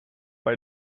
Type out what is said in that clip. bij